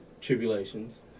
tribulations